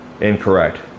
Incorrect